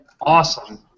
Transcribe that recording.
awesome